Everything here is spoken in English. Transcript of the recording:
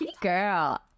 Girl